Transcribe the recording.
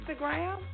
Instagram